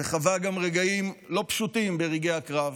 חווה גם רגעים לא פשוטים ברגעי הקרב